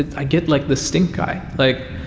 i get like the stink eye, like,